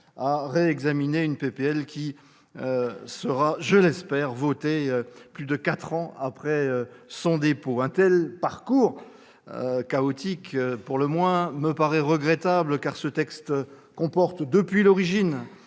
en 2018, un texte qui sera voté, je l'espère, plus de quatre ans après son dépôt. Un tel parcours, chaotique pour le moins, me paraît regrettable, car le texte comporte, depuis l'origine,